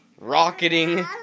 rocketing